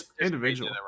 individual